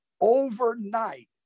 overnight